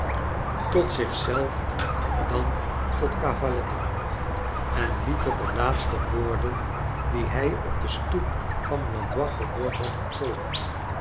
tot zicli zelf dan tot cavaletto en liet er de laatste woorden die hij op de stoep van blandois gehoord had op